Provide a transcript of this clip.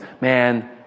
man